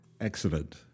excellent